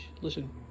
Listen